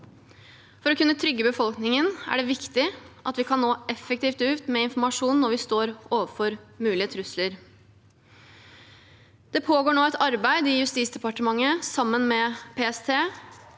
For å kunne trygge befolkningen er det viktig at vi kan nå effektivt ut med informasjon når vi står overfor mulige trusler. Det pågår nå et arbeid i Justisdepartementet, sammen med PST,